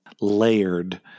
layered